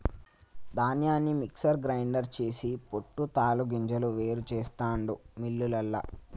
ధాన్యాన్ని mixer grinder చేసి పొట్టు తాలు గింజలు వేరు చెస్తాండు మిల్లులల్ల